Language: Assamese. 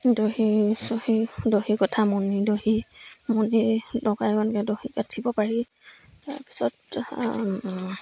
দহি চহি দহি গঠা মণি দহি মণি লগাই এনেকৈ দহি গাঠিব পাৰি তাৰপিছত